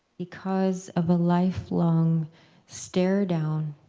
because of a lifelong stare down,